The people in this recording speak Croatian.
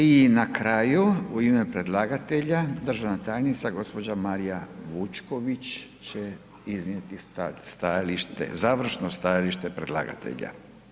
I na kraju u ime predlagatelja državna tajnica gospođa Marija Vučković će iznijeti stajalište završno, završno stajalište predlagatelja.